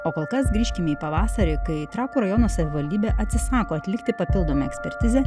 o kol kas grįžkime į pavasarį kai trakų rajono savivaldybė atsisako atlikti papildomą ekspertizę